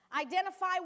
Identify